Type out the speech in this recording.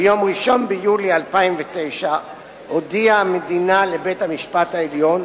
ביום 1 ביולי 2009 הודיעה המדינה לבית-המשפט העליון